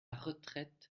retraite